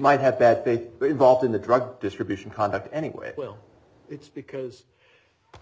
might have bad faith involved in the drug distribution concept anyway well it's because